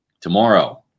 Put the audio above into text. tomorrow